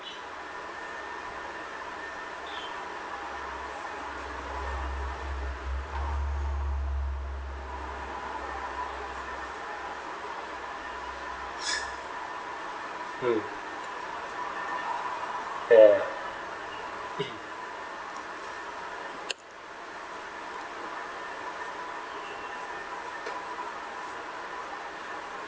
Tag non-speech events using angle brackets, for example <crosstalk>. <breath> mm ya eh